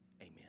Amen